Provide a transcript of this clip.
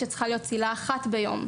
היא שצריכה להיות מותרת צלילה אחת ביום.